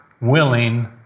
willing